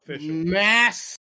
mass